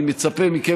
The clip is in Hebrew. אני מצפה מכם,